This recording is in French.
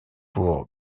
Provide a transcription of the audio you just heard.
pour